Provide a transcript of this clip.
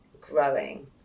growing